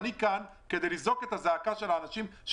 אני כאן כדי לזעוק את זעקת האנשים.